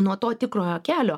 nuo to tikrojo kelio